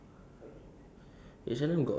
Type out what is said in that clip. the material and all is like good ah